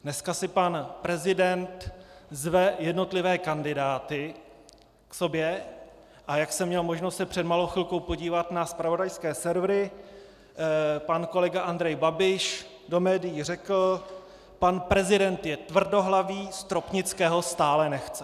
Dneska si pan prezident zve jednotlivé kandidáty k sobě, a jak jsem měl možnost se před malou chvilkou podívat na zpravodajské servery, pan kolega Andrej Babiš do médií řekl: Pan prezident je tvrdohlavý, Stropnického stále nechce.